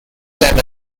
level